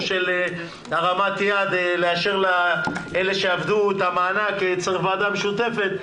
המענק בהרמת יד עבור אלה שעבדו צריך ועדה משותפת,